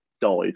died